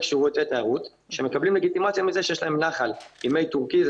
שירותי תיירות שמקבלים לגיטימציה מכך שיש להם נחל עם מי טורקיז,